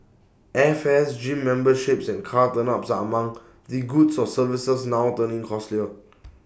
airfares gym memberships and car tuneups are among the goods or services now turning costlier